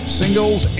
singles